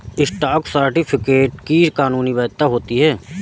stock certificate की कानूनी वैधता होती है